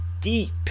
deep